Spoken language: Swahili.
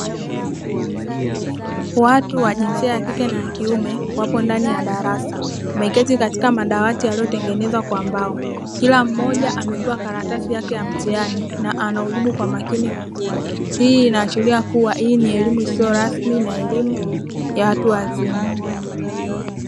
Watu wa jinsia ya kike na wa kiume wapo ndani ya darasa wameketi katika madawati yaliyotengenezwa kwa mbao, kila mmoja amepewa karatasi yake ya mtihani na anaujibu kwa makini mkubwa, hii inaashiria kuwa hii ni elimu isiyo rasmi na elimu ya watu wazima.